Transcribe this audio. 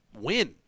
win